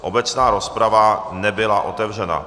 Obecná rozprava nebyla otevřena.